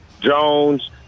Jones